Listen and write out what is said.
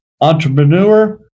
entrepreneur